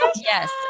yes